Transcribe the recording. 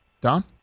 Don